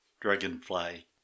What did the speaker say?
Dragonfly